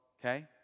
Okay